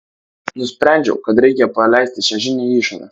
nusprendžiau kad reikia paleisti šią žinią į išorę